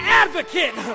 advocate